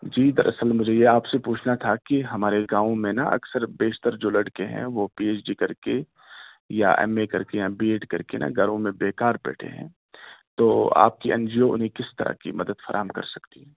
جی دراصل مجھے یہ آپ سے پوچھنا تھا کہ ہمارے گاؤں میں نا اکثر بیشتر جو لڑکے ہیں وہ پی ایچ ڈی کر کے یا ایم اے کر کے یا بی ایڈ کر کے نا گھروں میں بیکار بیٹھے ہیں تو آپ کی این جی او انہیں کس طرح کی مدد فراہم کر سکتی ہے